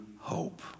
hope